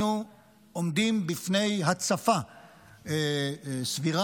אנחנו עומדים בפני הצפה סבירה,